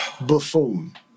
buffoon